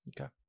Okay